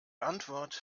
antwort